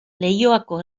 leioako